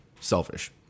selfish